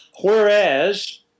Whereas